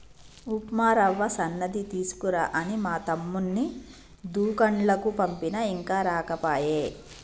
ఉప్మా రవ్వ సన్నది తీసుకురా అని మా తమ్ముణ్ణి దూకండ్లకు పంపిన ఇంకా రాకపాయె